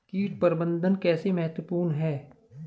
कीट प्रबंधन कैसे महत्वपूर्ण है?